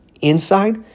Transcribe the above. inside